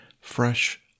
fresh